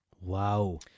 Wow